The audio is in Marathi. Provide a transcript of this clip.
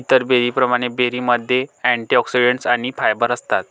इतर बेरींप्रमाणे, बेरीमध्ये अँटिऑक्सिडंट्स आणि फायबर असतात